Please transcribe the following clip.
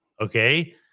Okay